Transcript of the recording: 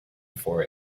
for